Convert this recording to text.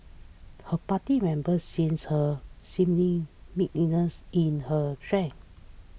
her party members since her seeming meekness in her strength